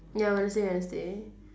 ya wednesday wednesday